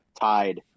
tied